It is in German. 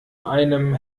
einem